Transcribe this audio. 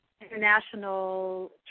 international